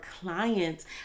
clients